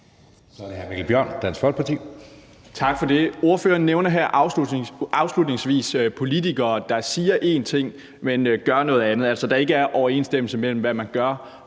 Kl. 10:57 Mikkel Bjørn (DF): Tak for det. Ordføreren nævner her afslutningsvis politikere, der siger én ting, men gør noget andet, altså det, at der ikke er overensstemmelse mellem, hvad man gør,